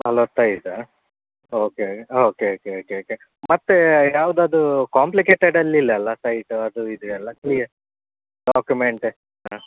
ನಲವತ್ತೈದು okay okay okay okay okay ಮತ್ತು ಯಾವುದಾದ್ರೂ ಕಾಂಪ್ಲಿಕೇಟೆಡಲ್ಲಿ ಇಲ್ಲಲ್ಲ ಸೈಟು ಅದು ಇದು ಎಲ್ಲ ಕ್ಲಿಯರ್ ಡಾಕ್ಯುಮೆಂಟ್ ಹಾಂ